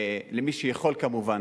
מי שיכול כמובן,